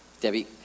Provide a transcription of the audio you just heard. Debbie